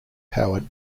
powered